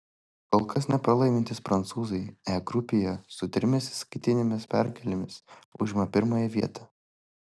kol kas nepralaimintys prancūzai e grupėje su trimis įskaitinėmis pergalėmis užima pirmąją vietą